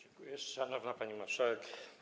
Szanowna Pani Marszałek!